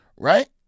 Right